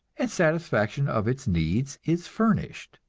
and satisfaction of its needs is furnished.